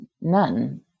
none